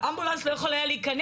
שהאמבולנס לא יכול היה להיכנס,